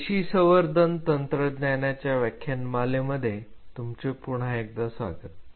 पेशी संवर्धन तंत्रज्ञानाच्या व्याख्यानमाले मध्ये तुमचे पुन्हा एकदा स्वागत आहे